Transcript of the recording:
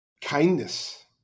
Kindness